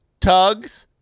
Tug's